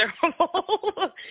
Terrible